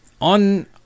on